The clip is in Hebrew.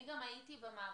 אני גם הייתי במערכת,